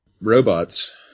Robots